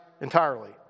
entirely